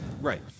Right